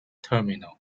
terminal